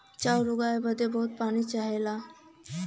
चाउर उगाए बदे बहुत पानी चाहला